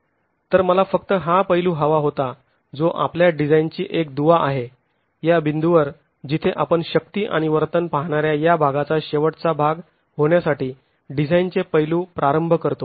तर मला फक्त हा पैलू हवा होता जो आपल्या डिझाईनची एक दुवा आहे या बिंदूवर जिथे आपण शक्ती आणि वर्तन पाहणाऱ्या या भागाचा शेवटचा भाग होण्यासाठी डिझाईनचे पैलु प्रारंभ करतो